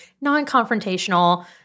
non-confrontational